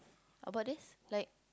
about this like